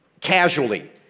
casually